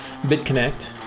BitConnect